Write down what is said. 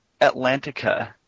Atlantica